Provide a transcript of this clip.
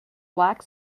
black